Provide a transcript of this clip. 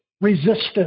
resistance